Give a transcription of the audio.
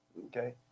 okay